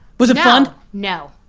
was it fun? no,